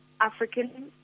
african